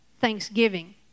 thanksgiving